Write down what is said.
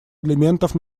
элементов